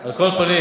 על כל פנים,